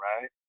right